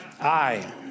Aye